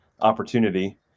opportunity